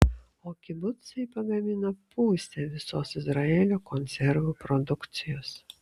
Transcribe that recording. o kibucai pagamina pusę visos izraelio konservų produkcijos